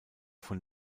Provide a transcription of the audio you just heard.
von